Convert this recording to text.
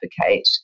advocate